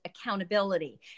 accountability